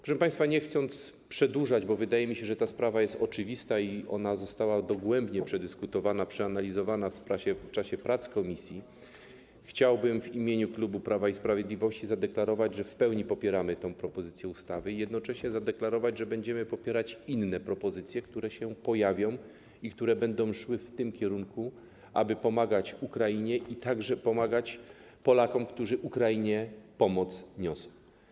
Proszę państwa, nie chcąc przedłużać, bo wydaje mi się, że ta sprawa jest oczywista i ona została dogłębnie przedyskutowana, przeanalizowana w czasie prac komisji, chciałbym w imieniu klubu Prawa i Sprawiedliwości zadeklarować, że w pełni popieramy tę propozycję ustawy, i jednocześnie zadeklarować, że będziemy popierać inne propozycje, które się pojawią i które będą szły w tym kierunku, aby pomagać Ukrainie, a także pomagać Polakom, którzy niosą pomoc Ukrainie.